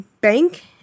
bank